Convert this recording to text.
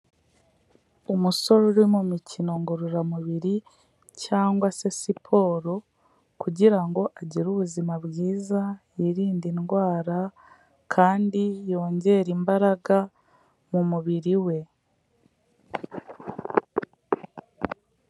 Umusore uri mu mikino ngororamubiri cyangwa se siporo, kugira ngo agire ubuzima bwiza, yirinde indwara kandi yongere imbaraga mu mubiri we.